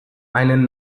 einen